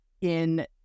in-